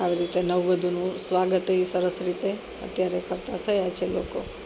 આવી રીતે નવવધુનું સ્વાગત એવી સરસ રીતે અત્યારે કરતા થયા છે લોકો